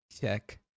check